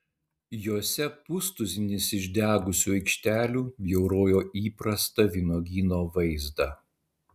jose pustuzinis išdegusių aikštelių bjaurojo įprastą vynuogyno vaizdą